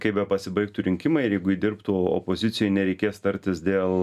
kaip pasibaigtų rinkimai ir jeigu ji dirbtų opozicijoj nereikės tartis dėl